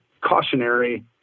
cautionary